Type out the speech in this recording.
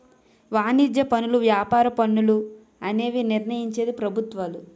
వాణిజ్య పనులు వ్యాపార పన్నులు అనేవి నిర్ణయించేది ప్రభుత్వాలు